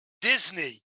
Disney